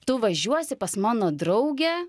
tu važiuosi pas mano draugę